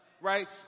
Right